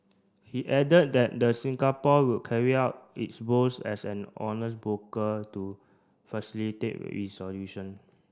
he added that the Singapore will carry out its roles as an honest broker to facilitate resolution